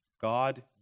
God